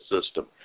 system